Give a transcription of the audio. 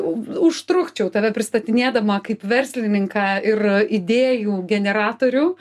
užtrukčiau tave pristatinėdama kaip verslininką ir idėjų generatorių